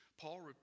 Paul